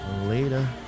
Later